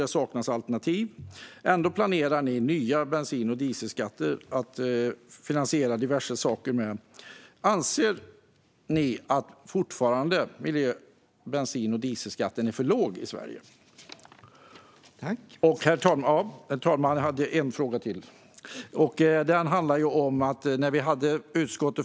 Där saknas alternativ. Ändå planerar ni nya bensin och dieselskatter att finansiera diverse saker med. Anser ni fortfarande att miljö, bensin och dieselskatterna är för låga i Sverige? Herr talman! Jag har en fråga till.